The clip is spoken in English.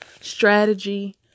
strategy